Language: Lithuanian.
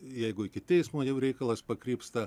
jeigu iki teismo jau reikalas pakrypsta